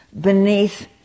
beneath